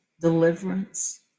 deliverance